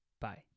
bye